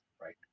right